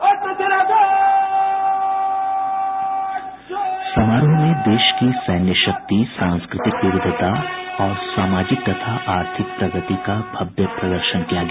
sound bite समारोह में देश की सैन्य शक्ति सांस्कृतिक विविधता और सामाजिक तथा आर्थिक प्रगति का भव्य प्रदर्शन किया गया